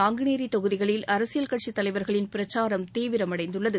நாங்குநேரி தொகுதிகளில் அரசியல் கட்சித் தலைவர்களின் பிரச்சாரம் தீவிரமடைந்துள்ளது